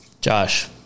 josh